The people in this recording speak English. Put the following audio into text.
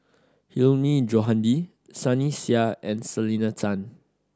Hilmi Johandi Sunny Sia and Selena Tan